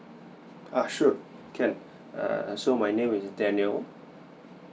ah sure can err so my name is daniel